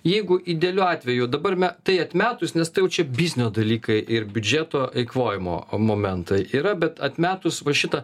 jeigu idealiu atveju dabar me tai atmetus nes tai jau čia biznio dalykai ir biudžeto eikvojimo momentai yra bet atmetus va šitą